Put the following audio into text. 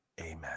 Amen